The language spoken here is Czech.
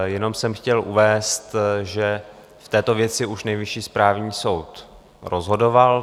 Jenom jsem chtěl uvést, že v této věci už Nejvyšší správní soud rozhodoval.